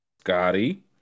Scotty